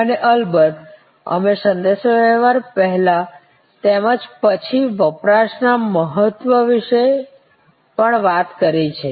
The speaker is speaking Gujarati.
અને અલબત્ત અમે સંદેશાવ્યવહાર પહેલા તેમજ પછી વપરાશના મહત્વ વિશે પણ વાત કરી છે